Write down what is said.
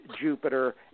Jupiter